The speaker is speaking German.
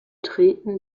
treten